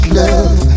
love